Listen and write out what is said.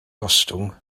gostwng